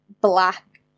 black